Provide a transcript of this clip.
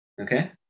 Okay